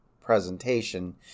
presentation